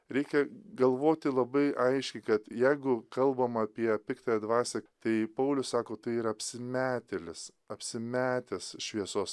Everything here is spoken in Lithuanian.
reikia galvoti labai aiškiai kad jeigu kalbam apie piktąją dvasią tai paulius sako tai yra apsimetėlis apsimetęs šviesos